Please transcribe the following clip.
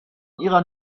ihrer